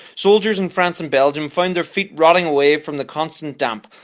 soldiers in france and belgium found their feet rotting away from the constant damp.